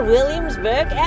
Williamsburg